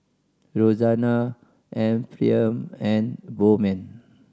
Roxana Ephriam and Bowman